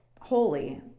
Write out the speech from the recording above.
Holy